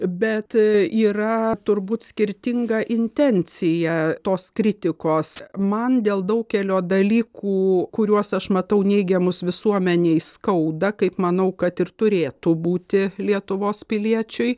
bet yra turbūt skirtinga intencija tos kritikos man dėl daugelio dalykų kuriuos aš matau neigiamus visuomenei skauda kaip manau kad ir turėtų būti lietuvos piliečiui